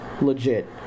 legit